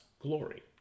glory